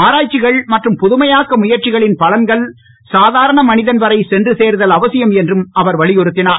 ஆராய்ச்சிகள் மற்றும் புதுமையாக்க முயற்சிகளின் பலன்கள் சாதாரண மனிதன் வரை சென்று சேருதல் அவசியம் என்றும் அவர் வலியுறுத்தினார்